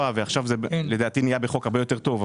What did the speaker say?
ועכשיו זה לדעתי נהיה בחוק הרבה יותר טוב.